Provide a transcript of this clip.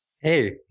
Hey